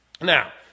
Now